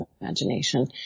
imagination